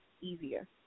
easier